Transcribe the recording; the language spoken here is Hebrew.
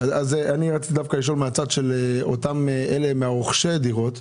רציתי דווקא לשאול מהצד של רוכשי הדירות.